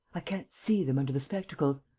i can't see them under the spectacles.